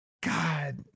God